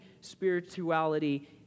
spirituality